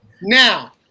Now